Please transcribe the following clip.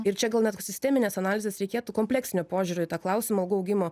ir čia gal net sisteminės analizės reikėtų kompleksinio požiūrio į tą klausimą algų augimo